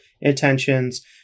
intentions